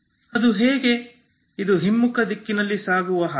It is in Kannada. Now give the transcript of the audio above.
ಅದು ಹೇಗೆ ಇದು ಹಿಮ್ಮುಖ ದಿಕ್ಕಿನಲ್ಲಿ ಸಾಗುವ ಹಾಗೆ